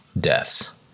deaths